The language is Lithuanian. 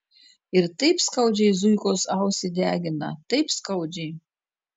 ir taip skaudžiai zuikos ausį degina taip skaudžiai